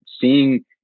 Seeing